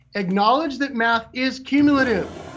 acknowledge that math is cumulative.